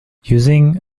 using